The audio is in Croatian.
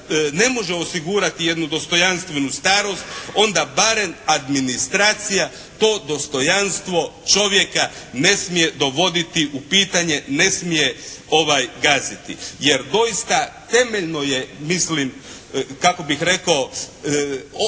ne može osigurati jednu dostojanstvenu starost onda barem administracija to dostojanstvo čovjeka ne smije dovoditi u pitanje, ne smije gaziti. Jer doista temeljno je, mislim kako bih rekao,